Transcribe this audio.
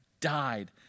died